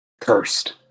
cursed